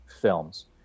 films